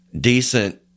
decent